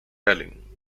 ealing